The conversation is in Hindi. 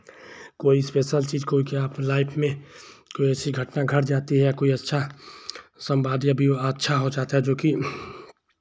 कोई स्पेशल चीज़ कोई के लाइफ में कोई ऐसी घटना घट जाती हैं या कोई अच्छा संवाद या विवाद अच्छा हो जाता है जोकि